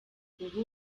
ubu